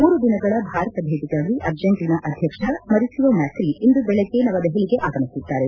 ಮೂರು ದಿನಗಳ ಭಾರತ ಭೇಟಗಾಗಿ ಅರ್ಜೈಂಟನಾ ಅಧ್ಯಕ್ಷ ಮರಿಸಿಯೋ ಮ್ಯಾಕ್ಷಿ ಇಂದು ಬೆಳಗ್ಗೆ ನವದೆಹಲಿಗೆ ಆಗಮಿಸಿದ್ದಾರೆ